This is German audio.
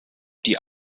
die